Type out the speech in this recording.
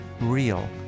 Real